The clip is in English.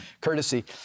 courtesy